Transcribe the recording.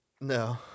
No